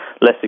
less